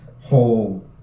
whole